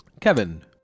Kevin